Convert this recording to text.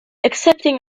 accepting